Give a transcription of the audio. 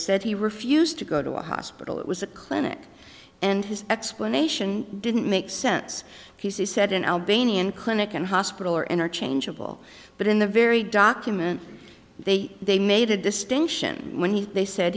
said he refused to go to a hospital it was a clinic and his explanation didn't make sense he said an albanian clinic and hospital are interchangeable but in the very document they they made a distinction when he they said